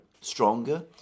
stronger